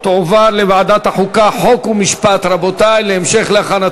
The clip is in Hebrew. בוועדת החוקה, חוק ומשפט נתקבלה.